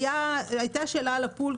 הייתה שאלה על הפול,